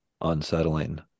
Unsettling